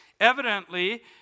Evidently